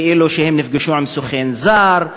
כאילו שהם נפגשו עם סוכן זר,